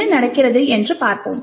என்ன நடக்கிறது என்று நாம் பார்ப்போம்